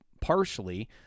partially